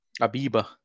Abiba